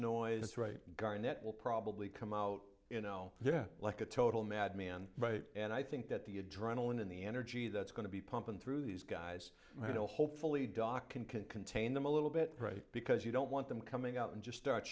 noise right guard that will probably come out you know yeah like a total madman right and i think that the adrenaline and the energy that's going to be pumping through these guys to hopefully doc can can contain them a little bit because you don't want them coming out and just start